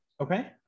Okay